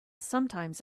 sometimes